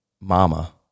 mama